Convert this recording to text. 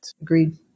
Agreed